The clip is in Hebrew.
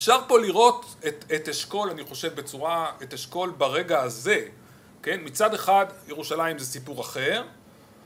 אפשר פה לראות את אשכול, אני חושב, בצורה... את אשכול ברגע הזה, כן, מצד אחד, ירושלים זה סיפור אחר,